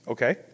Okay